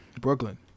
Brooklyn